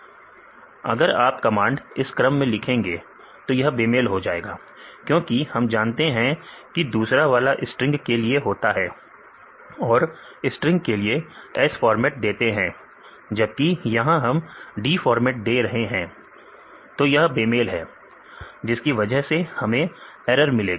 विद्यार्थी दूसरा अगर आप कमांड इस क्रम में लिखेंगे तो यह बेमेल हो जाएगा क्योंकि हम जानते हैं कि दूसरा वाला स्ट्रिंग के लिए होता है और स्ट्रिंग के लिए s फॉर्मेट देते हैं जबकि यहां हम d फॉर्मेट दे रहे हैं तो यह बेमेल है जिसकी वजह से हमें एरर मिलेगा